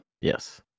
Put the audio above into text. Yes